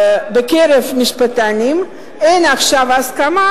בקרב משפטנים אין עכשיו הסכמה,